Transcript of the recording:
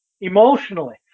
emotionally